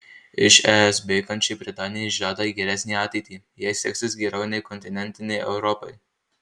iš es bėgančiai britanijai žada geresnę ateitį jai seksis geriau nei kontinentinei europai